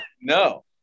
No